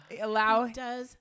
allow